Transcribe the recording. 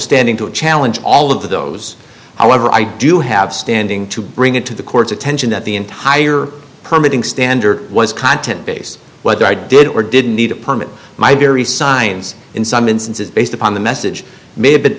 standing to challenge all of those however i do have standing to bring it to the court's attention that the entire permitting standard was content based whether i did or didn't need a permit my very signs in some instances based upon the message may have been